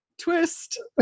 Twist